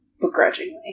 begrudgingly